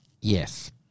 Yes